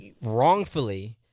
wrongfully –